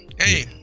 Hey